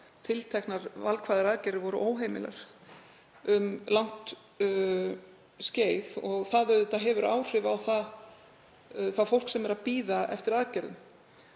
tilteknar valkvæðar aðgerðir séu óheimilar um langt skeið. Það hefur áhrif á fólk sem er að bíða eftir aðgerðum